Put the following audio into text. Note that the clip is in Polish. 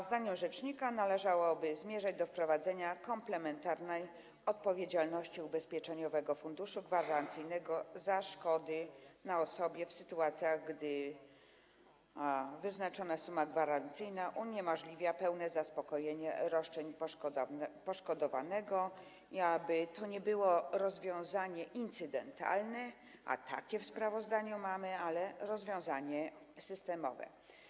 Zdaniem rzecznika należałoby zmierzać do wprowadzania komplementarnej odpowiedzialności Ubezpieczeniowego Funduszu Gwarancyjnego za szkody na osobie w sytuacjach, gdy wyznaczona suma gwarancyjna uniemożliwia pełne zaspokojenie roszczeń poszkodowanego, i do tego, aby to nie było rozwiązanie incydentalne, a takie w sprawozdaniu mamy, ale rozwiązanie systemowe.